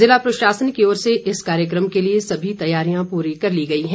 जिला प्रशासन की ओर से इस कार्यक्रम के लिए सभी तैयारियां पूरी कर ली गई हैं